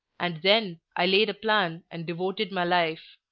and then i laid a plan and devoted my life.